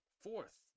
fourth